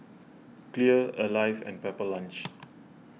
Clear Alive and Pepper Lunch